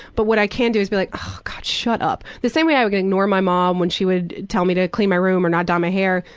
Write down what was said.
but what i can do is be like, oh, god, shut up. the same way i would ignore my mom when she would tell me to clean my room or not dye my hair,